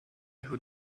who